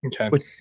Okay